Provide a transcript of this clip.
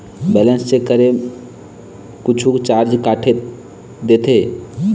Balance check करें कुछू charge काट देथे?